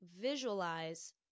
visualize